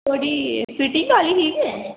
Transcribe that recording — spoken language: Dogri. थुआढ़ी फिटिंग आह्ली ही केह्